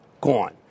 gone